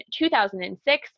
2006